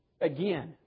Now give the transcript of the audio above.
Again